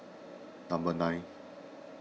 number nine